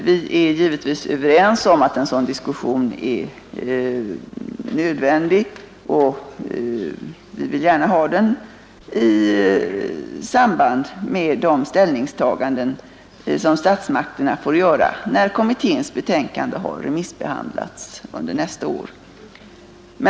Vi håller givetvis med om att en sådan diskussion är nödvändig, och vi vill gärna ha den i samband med de ställningstaganden som statsmakterna får göra, när kommitténs betänkande har remissbehandlats under nästa år.